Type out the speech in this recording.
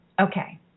Okay